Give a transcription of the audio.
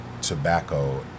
tobacco